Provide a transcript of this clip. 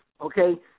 okay